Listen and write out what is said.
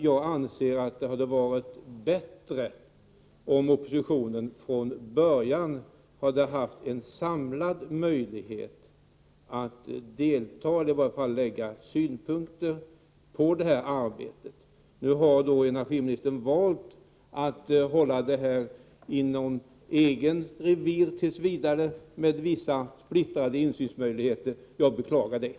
Jag anser att det hade varit bättre om oppositionen från början hade haft en samlad möjlighet att delta i eller i varje fall anlägga synpunkter på utredningsarbetet. bo i närheten av kraftledningar Energiministern har valt att tills vidare hålla utredningsarbetet inom eget revir med vissa splittrade insynsmöjligheter. Jag beklagar detta.